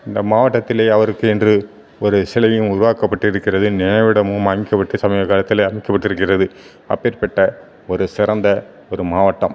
இந்த மாவட்டத்தில் அவருக்கு என்று ஒரு சிலையும் உருவாக்கப்பட்டிருக்கிறது நினைவிடமும் அமைக்கப்பட்டு சமீபகாலத்தில் அமைக்கப்பட்டுருக்கிறது அப்பேர்ப்பட்ட ஒரு சிறந்த ஒரு மாவட்டம்